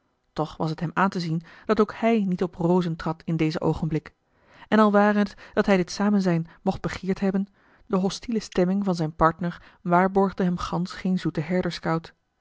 toch was het hem aan te zien dat ook hij niet op rozen trad in dezen oogenblik en al ware het dat hij dit samenzijn mocht begeerd hebben de hostile stemming van zijn partner waarborgde hem gansch geen